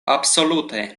absolute